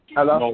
Hello